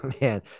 man